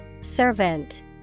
Servant